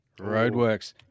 Roadworks